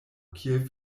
kiel